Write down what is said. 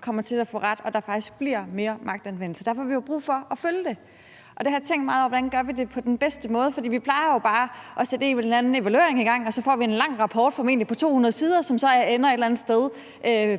kommer til at få ret, og at der faktisk bliver mere magtanvendelse. Derfor får vi jo brug for at følge det. Jeg har tænkt meget over, hvordan vi gør det på den bedste måde, for vi plejer jo bare at sætte en eller anden evaluering i gang, og så får vi en lang rapport, formentlig på 200 sider, som så ender et eller andet sted